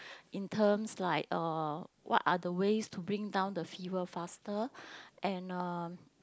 in terms like uh what are the ways to bring down the fever faster and um